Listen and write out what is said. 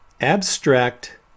abstract